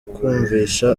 kumvisha